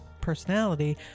personality